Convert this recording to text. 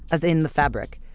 as in the fabric,